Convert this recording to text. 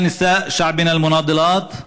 (אומר דברים בשפה הערבית,